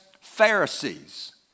Pharisees